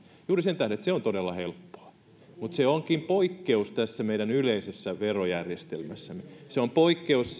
juuri sen tähden että se on todella helppoa mutta se onkin poikkeus tässä meidän yleisessä verojärjestelmässämme se on poikkeus